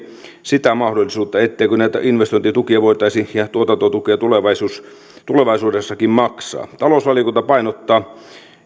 sitä mahdollisuutta etteikö näitä investointitukia voitaisi ja tuotantotukea tulevaisuudessakin maksaa talousvaliokunta painottaa